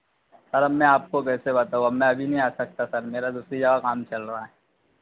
sir अब मैं आपको कैसे बताऊँ मैं अभी नहीं आ सकता सर मेरा दूसरी जगह काम चल रहा है